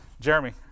Jeremy